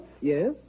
Yes